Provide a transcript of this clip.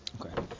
Okay